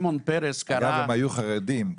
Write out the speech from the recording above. אגב, הם היו חרדים.